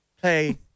play